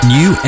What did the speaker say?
New